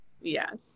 yes